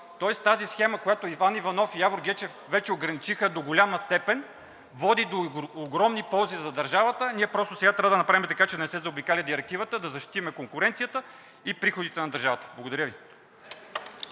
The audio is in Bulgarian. Тоест тази схема, която Иван Иванов и Явор Гечев вече ограничиха до голяма степен, води до огромни ползи за държавата, а ние просто сега трябва да направим така, че да не се заобикаля Директивата, да защитим конкуренцията и приходите на държавата. Благодаря Ви.